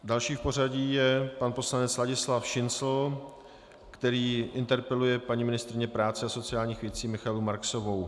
Další v pořadí je pan poslanec Ladislav Šincl, který interpeluje paní ministryni práce a sociálních prací Michaelu Marksovou.